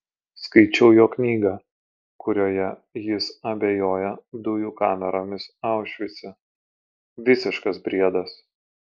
skaičiau jo knygą kurioje jis abejoja dujų kameromis aušvice visiškas briedas